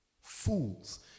Fools